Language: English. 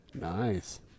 Nice